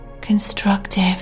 constructive